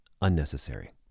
unnecessary